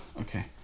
okay